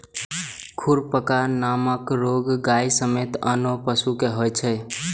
खुरपका नामक रोग गाय समेत आनो पशु कें होइ छै